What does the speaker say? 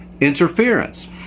interference